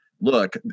Look